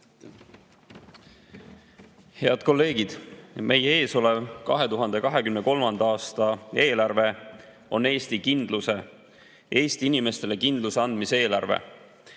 Head kolleegid! Meie ees olev 2023. aasta eelarve on Eesti kindluse, Eesti inimestele kindluse andmise eelarve.